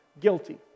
guilty